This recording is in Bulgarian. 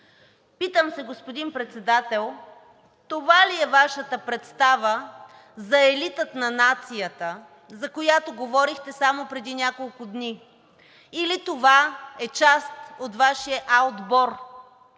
Питам се, господин Председател, това ли е Вашата представа за елита на нацията, за която говорихте само преди няколко дни, или това е част от Вашия А отбор?